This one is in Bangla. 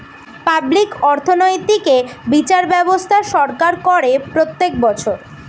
পাবলিক অর্থনৈতিক এ বিচার ব্যবস্থা সরকার করে প্রত্যেক বছর